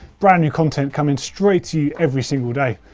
brand new content coming straight to you every single day,